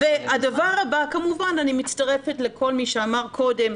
הדבר הבא, כמובן אני מצטרפת לכל מי שאמר קודם,